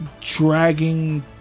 dragging